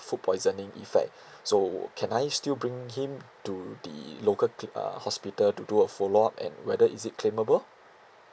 food poisoning effect so can I still bring him to the local cli~ uh hospital to do a follow up and whether is it claimable